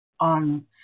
On